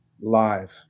live